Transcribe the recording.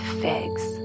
figs